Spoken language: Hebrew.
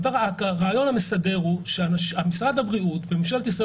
הרעיון המסדר הוא שמשרד הבריאות וממשלת ישראל